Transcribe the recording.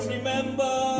Remember